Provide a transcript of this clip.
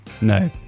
No